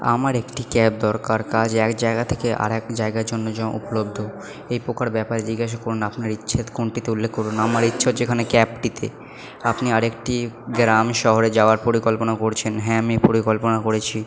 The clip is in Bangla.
আমার একটি ক্যাব দরকার কাজ এক জায়গা থেক আর এক জায়গায় জন্য উপলব্ধ এই প্রকার ব্যাপারে জিজ্ঞাসা করুন আপনার ইচ্ছা কোনটিতে উল্লেখ করুন আমার ইচ্ছা হচ্ছে এখানে ক্যাবটিতে আপনি আর একটি গ্রাম শহরে যাওয়ার পরিকল্পনা করছেন হ্যাঁ আমি পরিকল্পনা করেছি